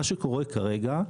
מה שקורה כרגע הוא,